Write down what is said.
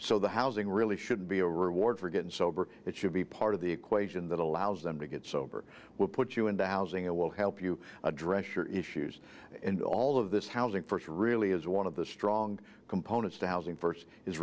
so the housing really should be a reward for good so it should be part of the equation that allows them to get sober we'll put you into housing it will help you address your issues and all of this housing first really is one of the strong components to housing first is